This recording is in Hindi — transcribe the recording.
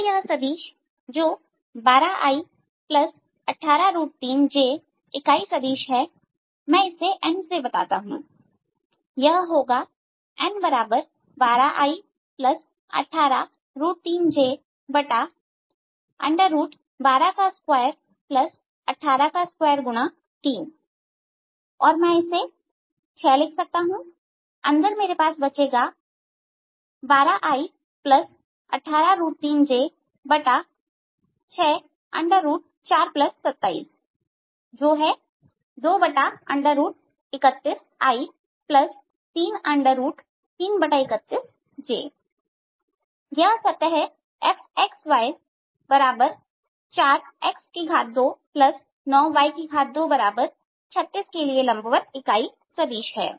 तो यह सदिश जो 12i183 j इकाई सदिश है मैं इसे n से बताता हूं यह होगा n12i 183j122182×3और इसे मैं 6 लिख सकता हूं अंदर मेरे पास बचेगा n12i 183j6427जो है 231i3331j यह सतह fxy4x29y236 के लिए लंबवत इकाई सदिश है